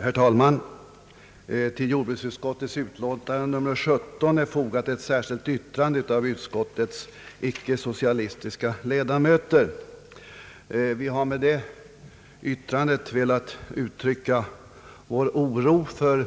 Herr talman! Till jordbruksutskottets utlåtande nr 17 är fogat ett särskilt yttrande av utskottets icke socialistiska ledamöter. Vi har med det yttrandet velat uttrycka vår oro för